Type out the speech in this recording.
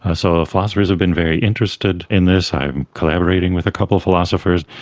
ah so ah philosophers have been very interested in this. i'm collaborating with a couple of philosophers,